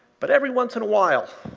but every once in a while,